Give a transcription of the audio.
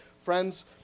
Friends